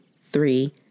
three